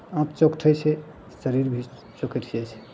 आँत चोकटै छै शरीर भी चोकटि जाइ छै